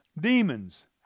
demons